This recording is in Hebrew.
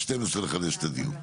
ב-12:00 נחדש את הדיון.